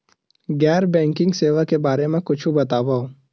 गैर बैंकिंग सेवा के बारे म कुछु बतावव?